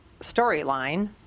storyline